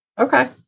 Okay